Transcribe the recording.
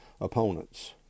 Opponents